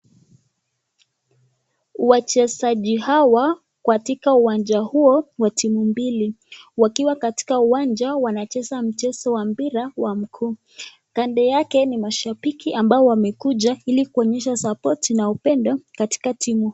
Wachezaji hawa katika uwanja huo, wa timu mbili, wakiwa katika uwanja wanacheza mchezo wa mpira wa mguu, kando yake ni mashabiki ambao wamekuja ili kuonyesha sapoti na upendo katika timu.